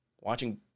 watching